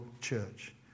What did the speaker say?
church